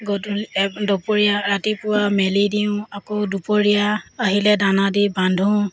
গধূলি দুপৰীয়া ৰাতিপুৱা মেলি দিওঁ আকৌ দুপৰীয়া আহিলে দানা দি বান্ধো